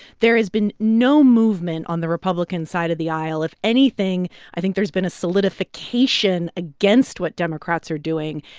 there has been no movement on the republican side of the aisle. if anything, i think there's been a solidification against what democrats are doing.